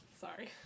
Sorry